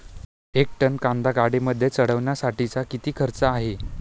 एक टन कांदा गाडीमध्ये चढवण्यासाठीचा किती खर्च आहे?